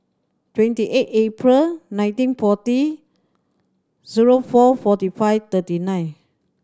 twenty eight April nineteen forty zero four forty five thirty nine